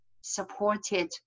supported